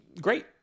Great